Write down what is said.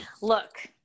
look